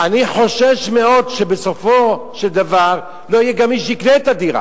אני חושש מאוד שבסופו של דבר לא יהיה גם מי שיקנה את הדירה.